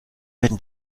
werden